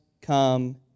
come